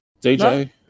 DJ